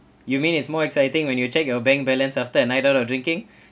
you mean it's more exciting when you check your bank balance after a night of drinking